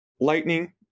Lightning